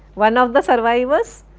one of the survivors,